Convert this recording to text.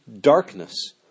darkness